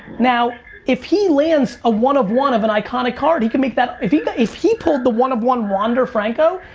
now if he lands a one of one of an iconic card, he can make that, if he and if he pulled the one of one wander franco,